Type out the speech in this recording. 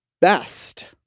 best